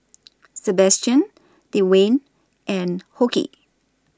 Sabastian Dewayne and Hoke